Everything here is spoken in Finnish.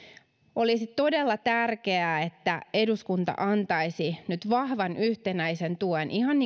olisi todella tärkeää että eduskunta antaisi nyt vahvan yhtenäisen tuen ihan